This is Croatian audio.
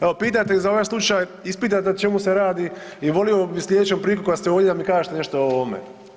Evo pitajte ih za ovaj slučaj, ispitajte o čemu se radi i volio bi slijedećom prilikom kad ste ovdje da mi kažete nešto o ovome.